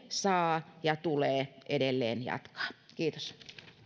saa ja tulee edelleen jatkaa kiitos